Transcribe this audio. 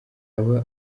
abo